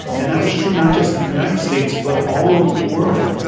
and that was true not just in the united states but all over the world.